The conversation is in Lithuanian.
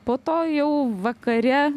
po to jau vakare